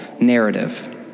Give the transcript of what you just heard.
narrative